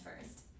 first